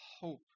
hope